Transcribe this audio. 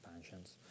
expansions